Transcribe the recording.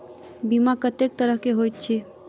बीमा कत्तेक तरह कऽ होइत छी?